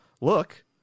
look